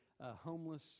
homeless